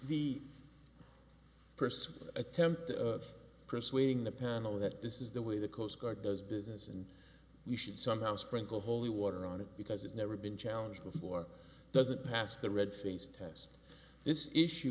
first attempt of persuading the panel that this is the way the coast guard does business and we should somehow sprinkle holy water on it because it's never been challenged before doesn't pass the red face test this issue